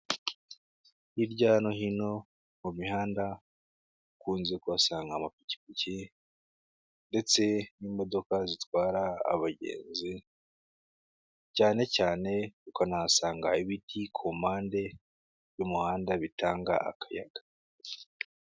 Hirya no hino mu mihanda ukunze kuhasanga amapikipiki ndetse n'imodoka zitwara abagenzi cyane cyane ukanahasanga ibiti ku mpande y'umuhanda bitanga akayaga.